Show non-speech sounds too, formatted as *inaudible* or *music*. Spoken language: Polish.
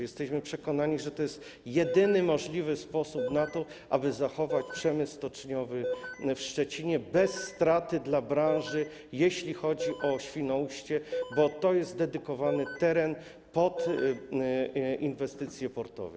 Jesteśmy przekonani, że to jest jedyny *noise* możliwy sposób na to, aby zachować przemysł stoczniowy w Szczecinie bez straty dla branży, jeśli chodzi o Świnoujście, bo to jest teren dedykowany pod inwestycje portowe.